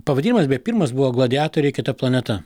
pavadinimas beje pirmas buvo gladiatoriai kita planeta